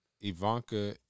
Ivanka